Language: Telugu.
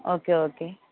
okay okay